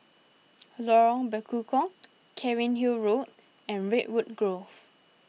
Lorong Bekukong Cairnhill Road and Redwood Grove